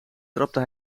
trapte